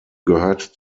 gehörte